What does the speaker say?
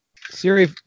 Siri